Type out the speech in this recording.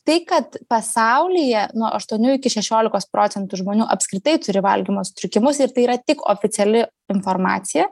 tai kad pasaulyje nuo aštuonių iki šešiolikos procentų žmonių apskritai turi valgymo sutrikimus ir tai yra tik oficiali informacija